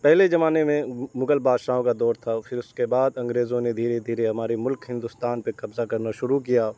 پہلے زمانے میں مغل بادشاہوں کا دور تھا اور پھر اس کے بعد انگریزوں نے دھیرے دھیرے ہمارے ملک ہندوستان پہ قبضہ کرنا شروع کیا